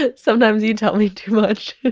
ah sometimes you tell me too much